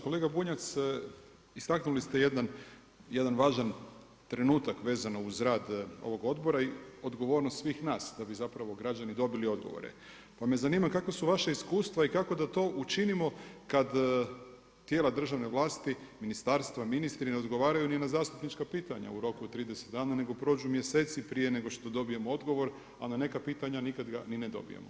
Kolega Bunjac, istaknuli ste jedan važan trenutak vezano uz rad ovog odbora i odgovornost svih nas da bi zapravo građani dobili odgovore pa me zanima kakva su vaša iskustva i kako da to učinimo kad tijela državne vlasti, ministarstva, ministri, ne odgovaraju ni na zastupnička pitanja u roku od 30 dana nego prođu mjeseci prije nego što dobijemo odgovor a na neka pitanja nikad ga ni ne dobijemo?